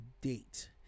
date